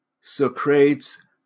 Socrates